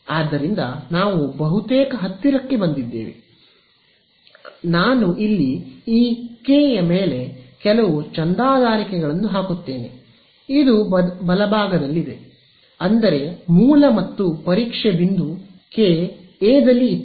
ಆದ್ದರಿಂದ ನಾವು ಬಹುತೇಕ ಹತ್ತಿರ ಬಂದಿದ್ದೇವೆ ಆದ್ದರಿಂದ ನಾನು ಇಲ್ಲಿ ಈ ಕೆ ಮೇಲೆ ಕೆಲವು ಚಂದಾದಾರಿಕೆಗಳನ್ನು ಹಾಕುತ್ತೇನೆ ಇದು ಬಲಭಾಗದಲ್ಲಿದೆ ಅಂದರೆ ಮೂಲ ಮತ್ತು ಪರೀಕ್ಷೆ ಬಿಂದು ಕೆ ಎ ದಲ್ಲಿ ಇತ್ತು